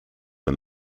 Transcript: win